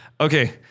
Okay